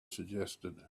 suggested